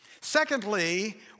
Secondly